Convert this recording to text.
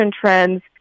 trends